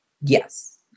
Yes